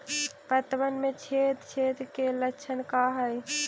पतबन में छेद छेद के लक्षण का हइ?